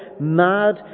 mad